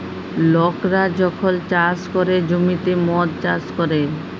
লকরা যখল চাষ ক্যরে জ্যমিতে মদ চাষ ক্যরে